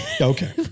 okay